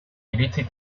iritzi